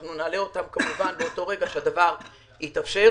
אנחנו נעלה אותן כמובן ברגע שהדבר יתאפשר.